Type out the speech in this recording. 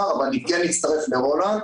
אבל אני כן אצטרף לרולנד.